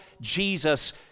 Jesus